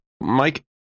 mike